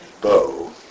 bow